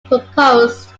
proposed